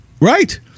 right